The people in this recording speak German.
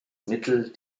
mittel